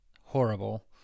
horrible